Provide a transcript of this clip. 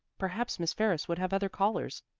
perhaps miss ferris would have other callers.